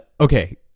Okay